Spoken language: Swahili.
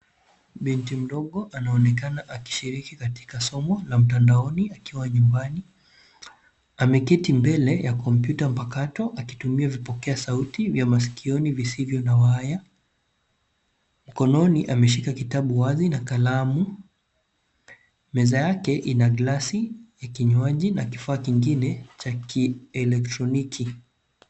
Ni mtu mdogo anaonekana akishiriki katika somo la mtandaoni akiwa nyumbani. Ameketi mbele ya kompyuta mpakato, akitumia vipokea sauti vya masikioni visivyo na waya. Mkononi ameshika kitabu wazi na kalamu. Meza yake ina glasi ya kinywaji na kifaa kingine cha kielektroniki.